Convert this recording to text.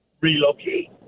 relocate